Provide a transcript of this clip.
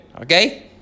okay